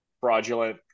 fraudulent